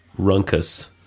Runkus